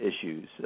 issues